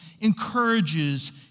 encourages